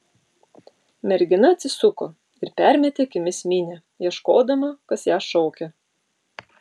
mergina atsisuko ir permetė akimis minią ieškodama kas ją šaukia